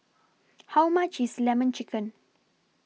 How much IS Lemon Chicken